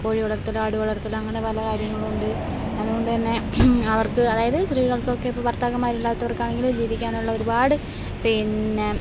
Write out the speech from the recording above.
കോഴി വളർത്തൽ ആട് വളർത്തൽ അങ്ങനെ പല കാര്യങ്ങളും ഉണ്ട് അതുകൊണ്ട് തന്നെ അവർക്ക് അതായത് സ്ത്രീകൾക്കൊക്കെ ഇപ്പോൾ ഭർത്താക്കന്മാർ ഇല്ലാത്തവർക്ക് ആണെങ്കിലും ജീവിക്കാൻ ഉള്ള ഒരുപാട് പിന്നെ